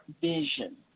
vision